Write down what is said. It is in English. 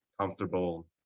comfortable